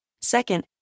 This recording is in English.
Second